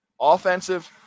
Offensive